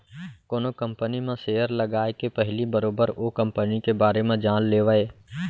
कोनो कंपनी म सेयर लगाए के पहिली बरोबर ओ कंपनी के बारे म जान लेवय